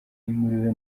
yimuriwe